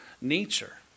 nature